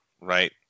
right